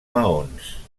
maons